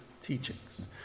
teachings